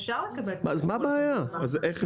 אפשר לקבל את התקבול לחשבון בנק בארץ --- אז מה הבעיה?